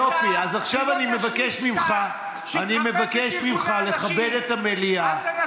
יופי, אז עכשיו אני מבקש ממך לכבד את המליאה.